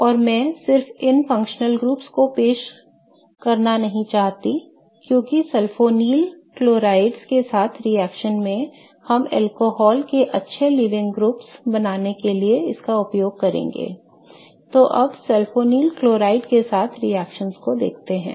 और मैं सिर्फ इन कार्यात्मक समूहों को पेश करना चाहता था क्योंकि सल्फोनील क्लोराइड्स के साथ रिएक्शन में हम अल्कोहल से अच्छे लीविंग ग्रुप बनाने के लिए उनका उपयोग करेंगे I तो अब सल्फोनील क्लोराइड के साथ रिएक्शन देखते हैं